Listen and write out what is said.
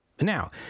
Now